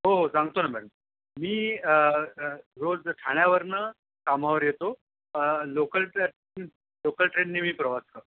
हो हो सांगतो ना मॅडम मी रोज ठाण्यावरून कामावर येतो लोकल ट लोकल ट्रेननी मी प्रवास करतो